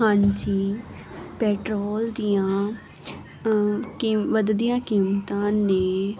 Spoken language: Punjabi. ਹਾਂਜੀ ਪੈਟਰੋਲ ਦੀਆਂ ਕੀ ਵਧਦੀਆਂ ਕੀਮਤਾਂ ਨੇ